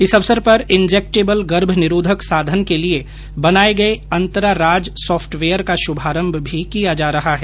इस अवसर पर इंजेक्टेबल गर्भ निरोधक साधन के लिये बनाये गये श्अंतरा राज सॉफ्टवेयर का शुभारंभ भी किया जा रहा है